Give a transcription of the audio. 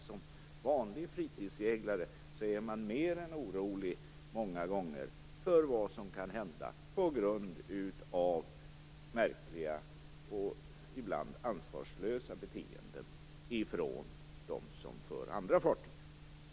Som vanlig fritidsseglare är man många gånger mer än orolig över vad som kan hända på grund av märkliga och ibland ansvarslösa beteenden hos dem som för andra fartyg.